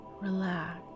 Relax